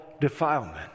defilement